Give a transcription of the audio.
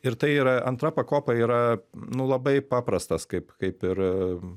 ir tai yra antra pakopa yra nu labai paprastas kaip kaip ir